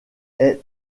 est